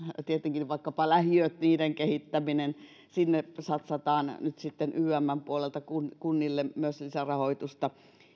tietenkin vaikkapa lähiöt niiden kehittäminen niihin satsataan nyt sitten ymn puolelta kunnille myös lisärahoitusta